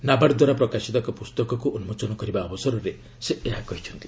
NABARD ଦ୍ୱାରା ପ୍ରକାଶିତ ଏକ ପୁସ୍ତକକୁ ଉନ୍ଦୋଚନ କରିବା ଅବସରରେ ସେ ଏହା କହିଚ୍ଛନ୍ତି